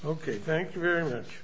ok thank you very much